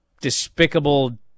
despicable